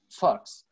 fucks